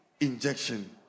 injection